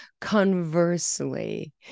conversely